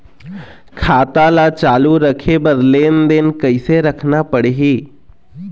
खाता ला चालू रखे बर लेनदेन कैसे रखना पड़ही?